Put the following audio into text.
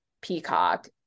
peacock